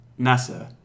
NASA